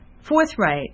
forthright